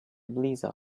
blizzard